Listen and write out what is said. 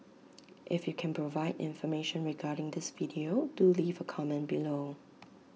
if you can provide information regarding this video do leave A comment below